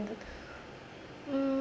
mm